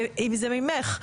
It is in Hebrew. אם זה ממך,